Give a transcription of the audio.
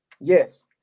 yes